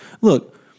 Look